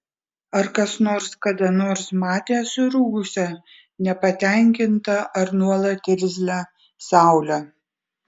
ar kas nors kada nors matė surūgusią nepatenkintą ar nuolat irzlią saulę